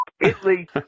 Italy